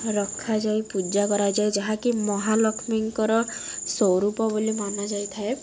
ରଖାଯାଏ ପୂଜା କରାଯାଏ ଯାହାକି ମହାଲକ୍ଷ୍ମୀଙ୍କର ସୌରୂପ ବୋଲି ମାନା ଯାଇଥାଏ